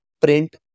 print